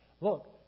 Look